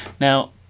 Now